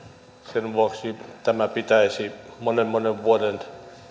sen vuoksi tämä pitäisi monen monen vuoden